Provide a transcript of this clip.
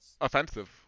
offensive